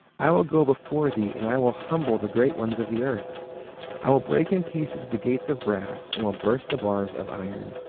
i will go before thee, and will humble the great ones of the earth i will break in pieces the gates of brass, and will burst the bars of iron.